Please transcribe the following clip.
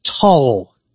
tall